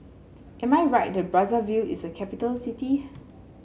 am I right that Brazzaville is a capital city